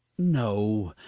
no,